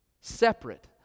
separate